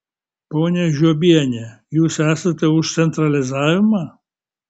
ponia žiobiene jūs esate už centralizavimą